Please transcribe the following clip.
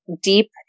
deep